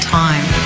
time